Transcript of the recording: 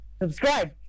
Subscribe